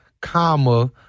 comma